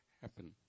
happen